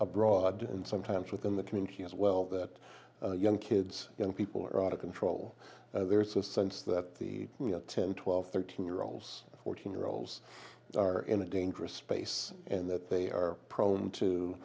abroad sometimes within the community as well that young kids young people are out of control there's a sense that you know ten twelve thirteen year olds fourteen year olds are in a dangerous space in that they are prone to